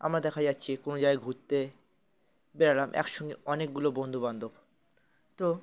আমরা দেখা যাচ্ছে কোনো জায়গায় ঘুরতে বেরলাম একসঙ্গে অনেকগুলো বন্ধুবান্ধব তো